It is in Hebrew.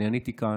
אני עניתי כאן,